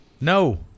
no